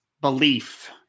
belief